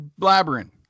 blabbering